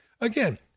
again